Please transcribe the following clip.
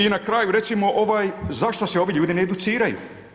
I na kraju recimo zašto se ovi ljudi ne educiraju?